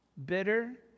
bitter